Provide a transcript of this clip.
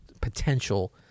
potential